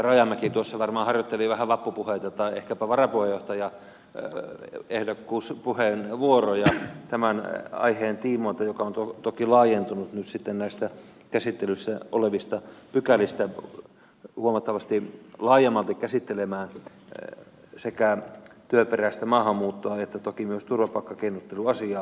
rajamäki tuossa varmaan harjoitteli vähän vappupuheita tai ehkäpä varapuheenjohtajaehdokkuuspuheenvuoroja tämän aiheen tiimoilta joka on toki laajentunut nyt sitten näistä käsittelyssä olevista pykälistä huomattavasti laajemmalti käsittelemään sekä työperäistä maahanmuuttoa että toki myös turvapaikkakeinotteluasiaa